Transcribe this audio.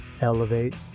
elevate